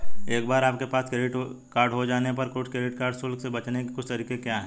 एक बार आपके पास क्रेडिट कार्ड हो जाने पर कुछ क्रेडिट कार्ड शुल्क से बचने के कुछ तरीके क्या हैं?